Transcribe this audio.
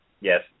yes